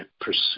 pursue